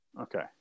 okay